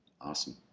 Awesome